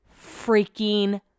freaking